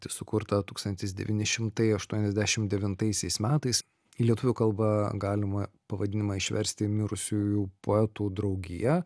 sukurtą tūkstantis devyni šimtai aštuoniasdešimt devintaisiais metais į lietuvių kalbą galima pavadinimą išversti į mirusiųjų poetų draugija